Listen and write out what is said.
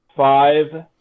Five